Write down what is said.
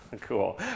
Cool